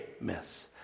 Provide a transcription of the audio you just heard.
miss